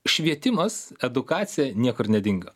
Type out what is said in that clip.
švietimas edukacija niekur nedingo